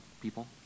people